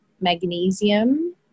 magnesium